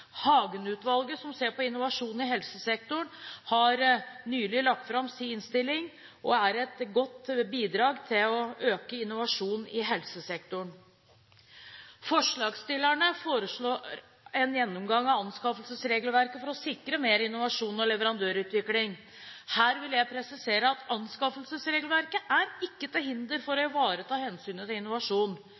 som ser på innovasjon i helsesektoren, har nylig lagt fram sin innstilling, og det er et godt bidrag til å øke innovasjonen i helsesektoren. Forslagsstillerne foreslår en gjennomgang av anskaffelsesregelverket for å sikre mer innovasjon og leverandørutvikling. Her vil jeg presisere at anskaffelsesregelverket ikke er til hinder for å ivareta hensynet til innovasjon.